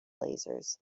lasers